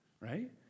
right